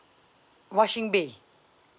washing bay